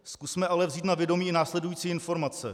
Zkusme ale vzít na vědomí následující informace.